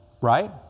right